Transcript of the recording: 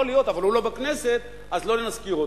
יכול להיות, אבל הוא לא בכנסת, אז לא נזכיר אותו.